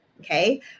okay